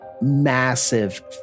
massive